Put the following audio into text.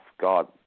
God